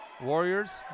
Warriors